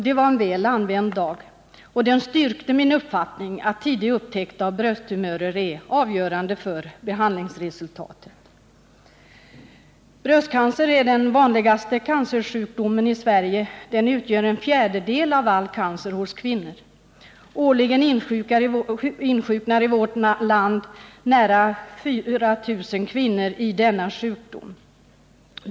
Det var en väl använd dag, och den styrkte min uppfattning att tidig upptäckt av brösttumörer är avgörande för behandlingsresultatet. Bröstcancer är den vanligaste cancersjukdomen i Sverige och utgör en fjärdedel av all cancer hos kvinnor. Årligen insjuknar i vårt land nära 4 000 kvinnor i denna sjukdom.